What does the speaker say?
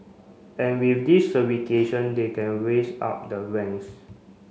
and with this they can raise up the ranks